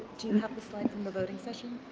do you have the slide from the voting session?